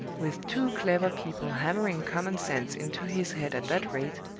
with two clever people hammering common sense into his head at that rate,